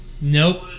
Nope